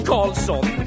Carlson